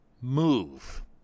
move